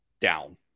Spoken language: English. down